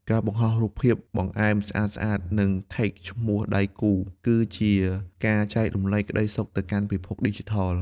ការបង្ហោះរូបភាពបង្អែមស្អាតៗ និង Tag ឈ្មោះដៃគូ គឺជាការចែករំលែកក្តីសុខទៅកាន់ពិភពឌីជីថល។